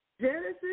Genesis